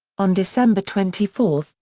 on december twenty four,